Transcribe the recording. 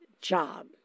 job